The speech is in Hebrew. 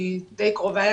היא דיי קרובה אלי,